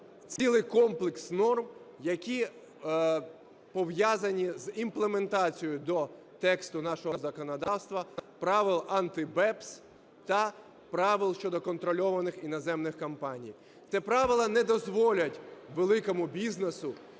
цілий комплекс норм, які пов'язані з імплементацією до тексту нашого законодавства правил Анти-BEPS та правил щодо контрольованих іноземних компаній. Ці правила не дозволять великому бізнесу